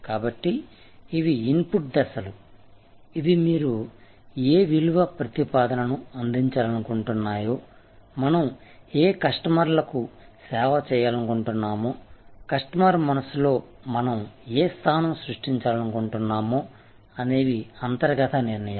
కాబట్టి ఇవి ఇన్పుట్ దశలు ఇవి మీరు ఏ విలువ ప్రతిపాదనను అందించాలనుకుంటున్నాయో మనం ఏ కస్టమర్లకు సేవ చేయాలనుకుంటున్నామో కస్టమర్ మనస్సులో మనం ఏ స్థానం సృష్టించాలనుకుంటున్నామో అనేవి అంతర్గత నిర్ణయాలు